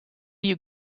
you